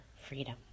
freedom